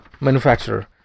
manufacturer